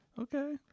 Okay